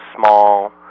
small